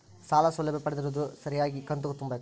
ಸಾಲ ಸೌಲಭ್ಯ ಪಡೆದಿರುವವರು ಸರಿಯಾಗಿ ಕಂತು ತುಂಬಬೇಕು?